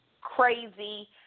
crazy